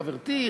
חברתי.